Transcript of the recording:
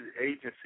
agency